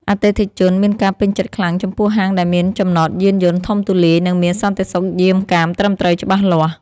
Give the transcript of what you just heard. អតិថិជនមានការពេញចិត្តខ្លាំងចំពោះហាងដែលមានចំណតយានយន្តធំទូលាយ និងមានសន្តិសុខយាមកាមត្រឹមត្រូវច្បាស់លាស់។